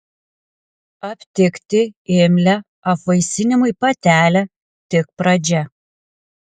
aptikti imlią apvaisinimui patelę tik pradžia